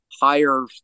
higher